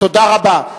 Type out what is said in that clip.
תודה רבה.